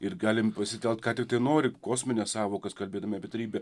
ir galim pasitelkt ką tiktai nori kosmines sąvokas kalbėdami apie trejybę